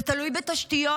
זה תלוי בתשתיות,